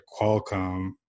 Qualcomm